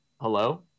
Hello